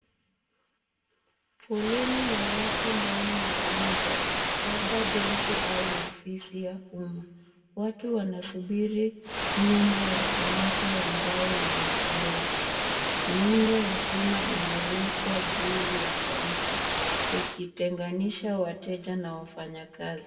Foleni ya watu ndani ya jengo, labda benki au ofisi ya uma. Watu wanasubiri nyuma ya kaunta ya mbao yenye gloss . Miundo ya chuma imewekwa juu ya kaunta, ikitenganisha wateja na wafanyakazi.